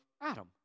Adam